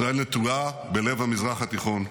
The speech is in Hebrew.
ישראל נטועה בלב המזרח התיכון.